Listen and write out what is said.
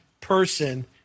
person